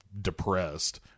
depressed